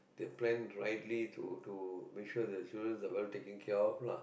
they planned rightly to to make sure the children are well taken care of lah